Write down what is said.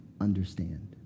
understand